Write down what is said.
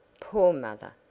poor mother!